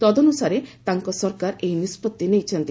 ତଦନୁସାରେ ତାଙ୍କ ସରକାର ଏହି ନିଷ୍ପଭି ନେଇଛନ୍ତି